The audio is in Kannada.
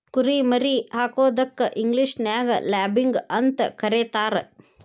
ಕುರಿ ಮರಿ ಹಾಕೋದಕ್ಕ ಇಂಗ್ಲೇಷನ್ಯಾಗ ಲ್ಯಾಬಿಂಗ್ ಅಂತ ಕರೇತಾರ